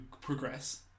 progress